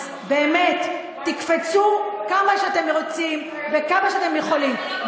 אז באמת תקפצו כמה שאתם רוצים וכמה שאתם יכולים,